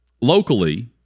Locally